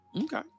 okay